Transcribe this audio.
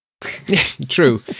True